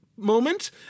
Moment